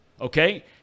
okay